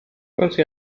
końcu